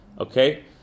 okay